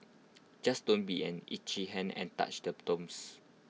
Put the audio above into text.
just don't be an itchy hand and touch the tombs